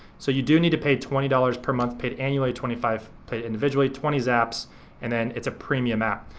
so you do need to pay twenty dollars per month, paid annually twenty five, paid individually twenty zaps and then it's a premium app.